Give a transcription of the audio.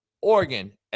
Oregon